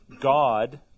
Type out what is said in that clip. God